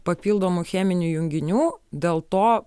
papildomų cheminių junginių dėl to